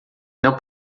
não